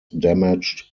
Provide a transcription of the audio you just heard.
damaged